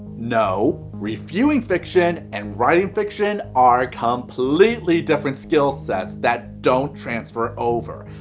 no. reviewing fiction and writing fiction are completely different skill sets that don't transfer over.